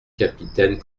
capitaine